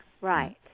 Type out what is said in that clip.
right